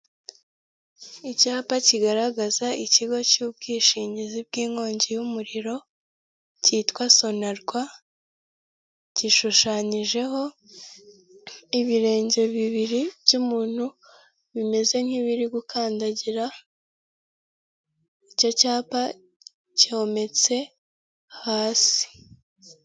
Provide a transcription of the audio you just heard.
Icyapa kigaragaza ikigo cy'ubwishingizi bw'inkongi y'umuriro cyitwa Sonarwa, gishushanyijeho ibirenge bibiri by'umuntu bimeze nk'ibiri gukandagira. Icyo cyapa cyometse hasi.